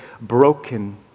broken